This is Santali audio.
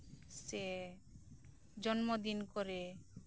ᱥᱮ ᱡᱚᱱᱢᱚ ᱫᱤᱱ ᱠᱚᱨᱮ